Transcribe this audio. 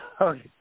Okay